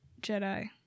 Jedi